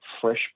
fresh